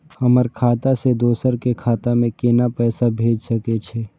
हमर खाता से दोसर के खाता में केना पैसा भेज सके छे?